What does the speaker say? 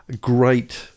great